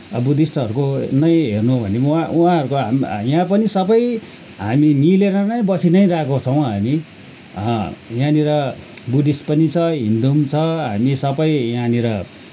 अब बुद्धिस्टहरूको नै हेर्नु हो भने म उहाँ उहाँहरूको हामी यहाँ पनि सबै हामी मिलेर नै बसिनै रहेको छौँ हामी यहाँनिर बुद्धिस्ट पनि छ हिन्दु पनि छ हामी सबै यहाँनिर